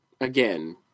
again